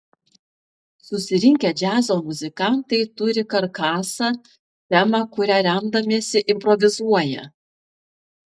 susirinkę džiazo muzikantai turi karkasą temą kuria remdamiesi improvizuoja